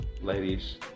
ladies